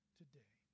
today